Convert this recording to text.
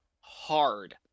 hard